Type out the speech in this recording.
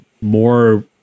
more